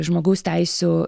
žmogaus teisių